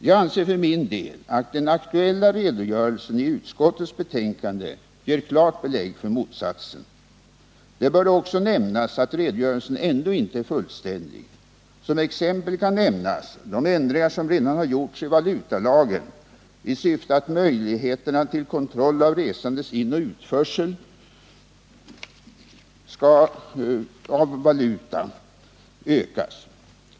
Jag anser för min del att den aktuella redogörelsen i utskottets betänkande ger klart belägg för motsatsen. Det bör då också framhållas att redogörelsen ändå inte är fullständig. Som exempel kan nämnas de ändringar som redan har gjorts i valutalagen i syfte att öka möjligheterna till kontroll av resandes inoch utförsel av valuta.